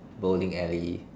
bowling alley